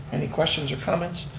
any questions or comments?